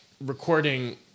recording